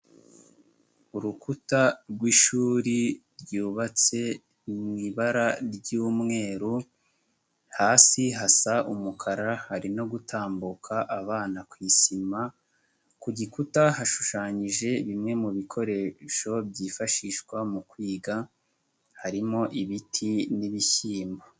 Urukuta rw'ishuri ryubatse mu ibara ry'umweru, hasi hasa umukara hari no gutambuka abana ku isima, ku gikuta hashushanyije bimwe mu bikoresho byifashishwa mu kwiga, harimo ibiti n'ibishyimbo.